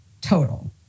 total